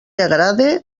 agrade